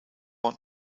want